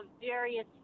various